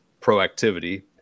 proactivity